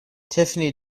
tiffany